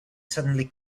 suddenly